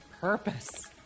purpose